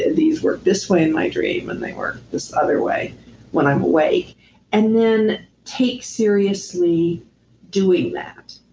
these work this way in my dream and they work this other way when i'm awake and then take seriously doing that.